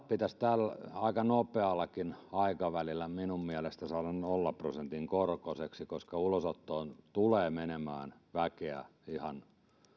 pitäisi aika nopeallakin aikavälillä minun mielestäni saada nollaprosentin korkoiseksi koska ulosottoon tulee menemään väkeä